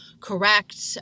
correct